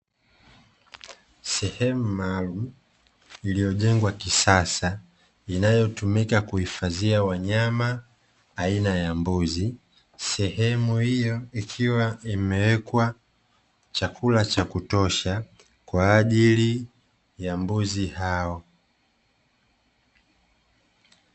Sehemu maalumu iliyojengwa kisasa inayotumika kuhifadhia wanyama aina ya mbuzi. Sehemu hiyo ikiwa imewekwa chakula cha kutosha kwa ajili ya mbuzi hao.